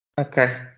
Okay